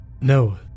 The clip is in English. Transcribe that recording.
No